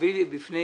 ולהביא בפני